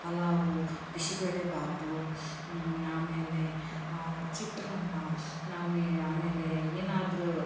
ಪಲಾವು ಬಿಸಿ ಬೇಳೆಭಾತು ಆಮೇಲೆ ಚಿತ್ರಾನ್ನ ನಾವು ಏ ಆಮೇಲೆ ಏನಾದರೂ